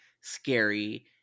scary